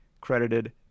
credited